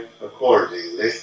accordingly